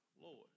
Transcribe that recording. Lord